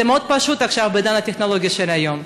זה מאוד פשוט עכשיו בעידן הטכנולוגיה של היום.